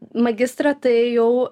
magistrą tai jau